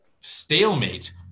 stalemate